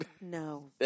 No